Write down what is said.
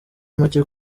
make